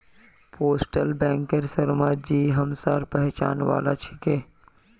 postal बैंकेर शर्माजी हमसार पहचान वाला छिके